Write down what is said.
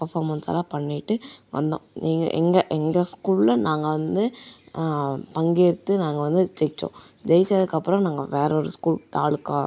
பர்ஃபாமென்ஸெல்லாம் பண்ணிவிட்டு வந்தோம் எங்கள் எங்கள் எங்கள் ஸ்கூலில் நாங்கள் வந்து பங்கேற்றது நாங்கள் வந்து ஜெயித்தோம் ஜெயித்ததுக்கு அப்புறம் நாங்கள் வேறு ஒரு ஸ்கூல் தாலுக்கா